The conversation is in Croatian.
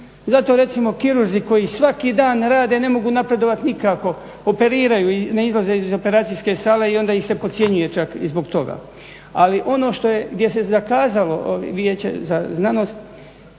Zato recimo kirurzi koji svaki dan rade ne mogu napredovati nikako, operiraju i ne izlaze iz operacijske sale i onda ih se podcjenjuje čak i zbog toga. Ali ono gdje je zakazalo Vijeće za znanost